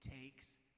takes